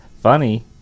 funny